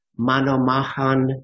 Manomahan